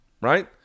right